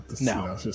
No